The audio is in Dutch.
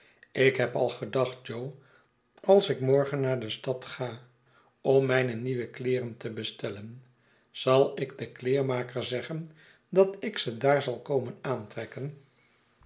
ik heb al gedacht jo als ik morgen naar de stad ga om mijne nieuwe kieeren te bestellen zal ik den kleermaker zeggen dat ik ze daar zal komen aantrekken